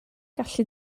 gallu